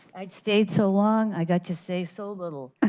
i stayed so long, i got to say so little.